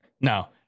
No